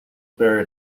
buried